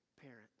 parents